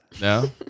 No